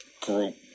group